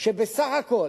שבסך הכול,